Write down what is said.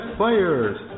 players